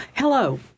Hello